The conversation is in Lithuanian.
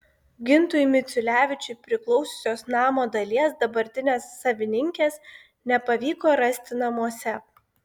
gintui miciulevičiui priklausiusios namo dalies dabartinės savininkės nepavyko rasti namuose